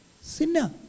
sinner